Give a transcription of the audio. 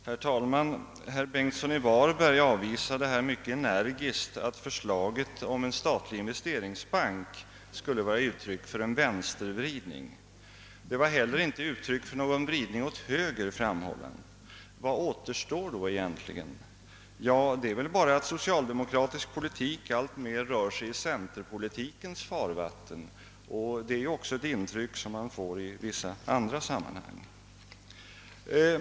Herr talman! Herr Bengtsson i Varberg avvisade här mycket energiskt att förslaget om en statlig investeringsbank skulle vara ett uttryck för en vänstervridning. Det var heller inte uttryck för någon vridning åt höger, framhåller han. Vad återstår då egentligen? Det skulle väl vara att socialdemokratisk politik alltmer rör sig i centerpolitikens farvatten. Det är också ett intryck man får i vissa andra sammanhang.